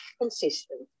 consistent